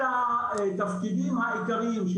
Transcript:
של התפקידים העיקריים.